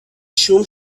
شوم